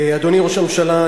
אדוני ראש הממשלה,